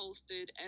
Posted